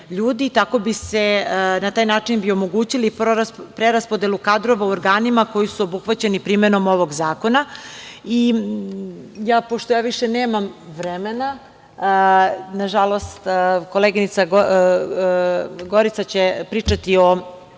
ljudi. Na taj način bi omogućili preraspodelu kadrova u organima koji su obuhvaćeni primenom ovog zakona. Pošto više nemam vremena, nažalost, koleginica Gorica će pričati o